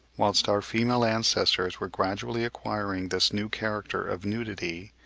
whilst our female ancestors were gradually acquiring this new character of nudity,